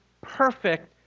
perfect